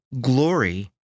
glory